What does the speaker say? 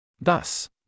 Thus